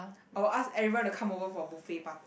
I'll ask everyone to come over for buffet part~